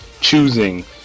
choosing